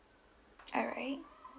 alright